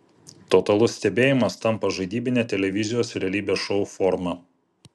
totalus stebėjimas tampa žaidybine televizijos realybės šou forma